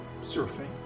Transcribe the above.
surfing